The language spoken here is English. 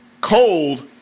cold